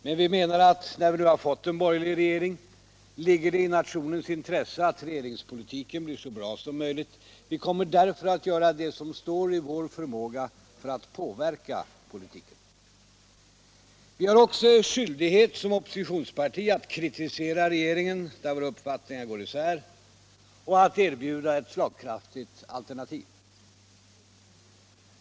Men vi menar att när vi nu har fått en borgerlig regering ligger det i nationens intresse att regeringspolitiken blir så bra som möjligt. Vi kommer därför att göra det som står i vår förmåga för att påverka politiken. Vi har också skyldighet som oppositionsparti att kritisera regeringen där våra uppfattningar går isär och att erbjuda ett slagkraftigt alternativ.